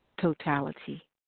totality